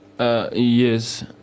Yes